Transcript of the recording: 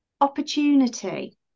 opportunity